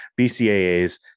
bcaa's